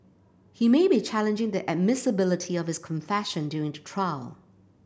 he may be challenging the admissibility of his confession during the trial